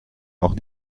auch